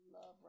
love